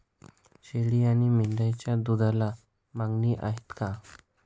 शेळी आणि मेंढीच्या दूधाला मागणी आहे का?